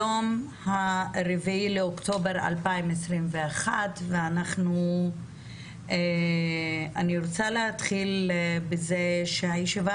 היום ה-4 באוקטובר 2021. אני רוצה להתחיל בזה שהישיבה